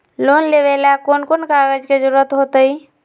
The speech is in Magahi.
लोन लेवेला कौन कौन कागज के जरूरत होतई?